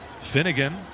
Finnegan